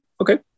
Okay